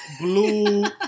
blue